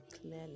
clearly